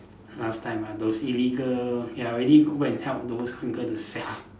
last time ah those illegal ya I really go and help those uncles to sell